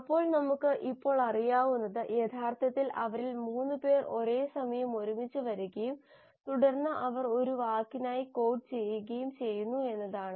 അപ്പോൾ നമുക്ക് ഇപ്പോൾ അറിയാവുന്നത് യഥാർത്ഥത്തിൽ അവരിൽ 3 പേർ ഒരേ സമയം ഒരുമിച്ച് വരികയും തുടർന്ന് അവർ ഒരു വാക്കിനായി കോഡ് ചെയ്യുകയും ചെയ്യുന്നു എന്നതാണ്